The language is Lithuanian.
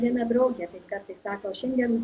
viena draugė taip kartais sako šiandien